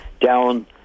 down